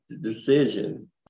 decision